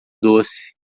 doce